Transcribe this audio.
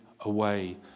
away